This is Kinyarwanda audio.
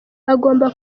agomba